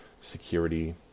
security